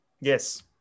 yes